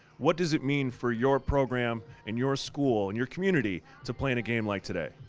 what does it mean for your program and your school and your community to play in a game like today?